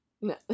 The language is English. No